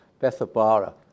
Bethabara